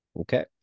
Okay